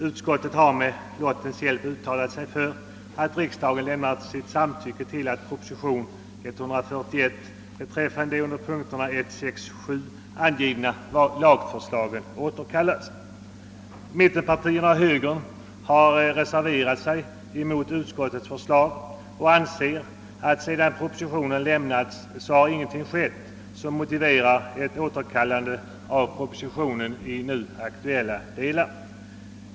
Utskottet har med lottens hjälp uttalat sig för att riksdagen lämnar sitt samtycke till att proposition 141 beträffande de under punkterna 1, 6 och 7 angivna lagförslagen återkallas. Mittenpartierna och högern har reserverat sig mot utskottets förslag och anser att sedan propositionen lämnades har ingenting skett som motiverar ett återkallande av densamma i nu aktuella delar.